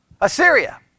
Assyria